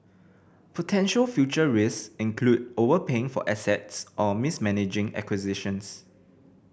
potential future risk include overpaying for assets or mismanaging acquisitions